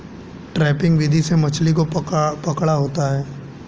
trapping विधि से मछली को पकड़ा होता है